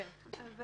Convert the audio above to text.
בבקשה.